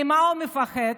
ממה הוא מפחד?